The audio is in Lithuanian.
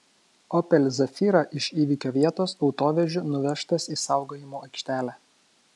opel zafira iš įvykio vietos autovežiu nuvežtas į saugojimo aikštelę